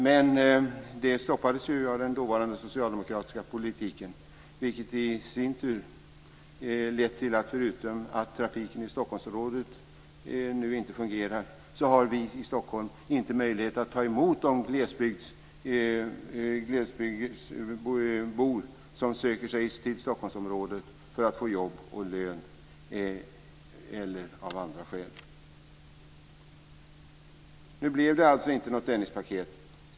Men det stoppades ju av den dåvarande socialdemokratiska politiken, vilket i sin tur lett till att, förutom att trafiken i Stockholmsområdet nu inte fungerar, vi i Stockholm inte har möjlighet att ta emot de glesbygdsbor som söker sig till Stockholmsområdet för att få jobb och lön eller av andra skäl. Nu blev det alltså inte något Dennispaket.